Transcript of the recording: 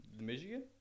michigan